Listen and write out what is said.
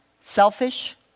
Selfish